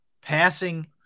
passing